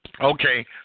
Okay